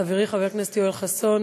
חברי חבר הכנסת יואל חסון,